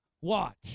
Watch